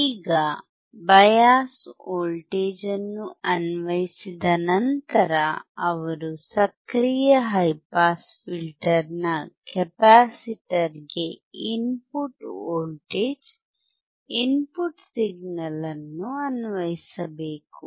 ಈಗ bias voltage ಅನ್ನು ಅನ್ವಯಿಸಿದ ನಂತರ ಅವರು ಸಕ್ರಿಯ ಹೈ ಪಾಸ್ ಫಿಲ್ಟರ್ನ ಕೆಪಾಸಿಟರ್ಗೆ ಇನ್ಪುಟ್ ವೋಲ್ಟೇಜ್ ಇನ್ಪುಟ್ ಸಿಗ್ನಲ್ ಅನ್ನು ಅನ್ವಯಿಸಬೇಕು